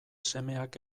semeak